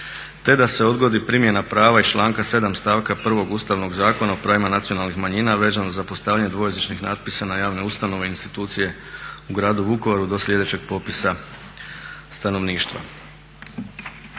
te da se odgodi primjena prava iz članka 7. stavka 1. Ustavnog zakona o pravima nacionalnih manjina vezano za postavljanje dvojezičnih natpisa na javne ustanove, institucije u gradu Vukovaru do sljedećeg popisa stanovništva.